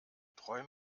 träum